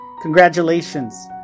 Congratulations